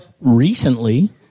recently